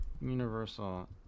Universal